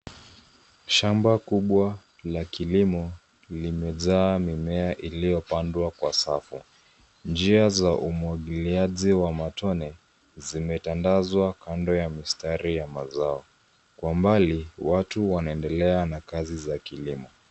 Shamba kubwa la kilimo, limejaa mimea iliyopandwa kwa safu. Njia za umwagiliaji wa matone, zimetandazwa kando ya mistari ya mazao. Kwa mbali, watu wanaendelea na kazi za kilimo.